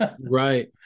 right